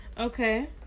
okay